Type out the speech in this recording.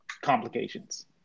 complications